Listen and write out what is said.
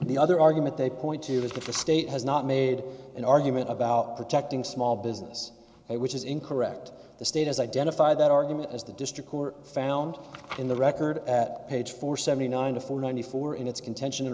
honor the other argument they point to is that the state has not made an argument about protecting small business which is incorrect the state has identified that argument as the district court found in the record at page four seventy nine to four ninety four in its contention